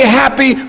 happy